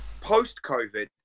post-COVID